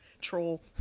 Troll